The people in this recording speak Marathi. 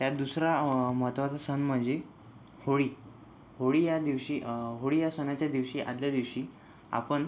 त्यात दुसरा महत्त्वाचा सण म्हणजे होळी होळी या दिवशी होळी या सणाच्या दिवशी आदल्या दिवशी आपण